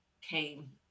came